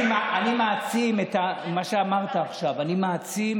אני מעצים את מה שאמרת עכשיו, אני מעצים